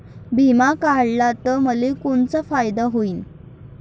बिमा काढला त मले कोनचा फायदा होईन?